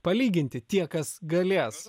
palyginti tie kas galės